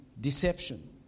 deception